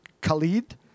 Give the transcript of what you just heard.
Khalid